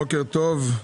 בוקר טוב.